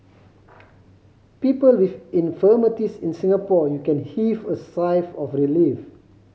people with infirmities in Singapore you can heave a sigh of relief